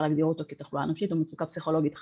להגדיר אותו כתחלואה נפשית או מצוקה פסיכולוגית חריפה.